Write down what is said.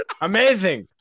Amazing